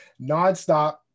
nonstop